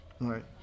right